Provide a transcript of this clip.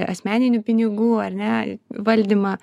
asmeninių pinigų ane valdymą